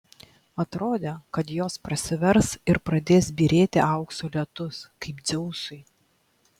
atrodė kad jos prasivers ir pradės byrėti aukso lietus kaip dzeusui